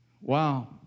Wow